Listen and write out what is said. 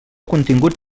contingut